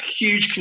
huge